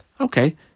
Okay